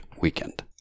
weekend